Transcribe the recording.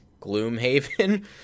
Gloomhaven